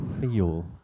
feel